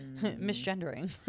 Misgendering